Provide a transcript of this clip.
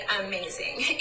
amazing